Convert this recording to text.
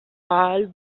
ahal